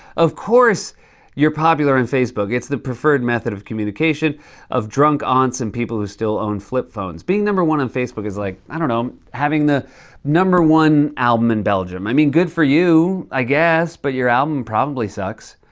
of course you're popular on and facebook. it's the preferred method of communication of drunk aunts and people who still own flip phones. being number one on facebook is like, i don't know, having the one album in belgium. i mean, good for you, i guess. but your album probably sucks.